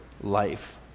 life